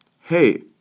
Hey